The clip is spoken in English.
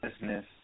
business